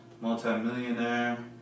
Multi-millionaire